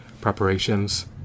preparations